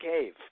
cave